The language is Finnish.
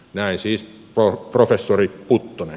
näin siis professori puttonen